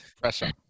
Pressure